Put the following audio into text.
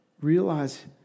Realize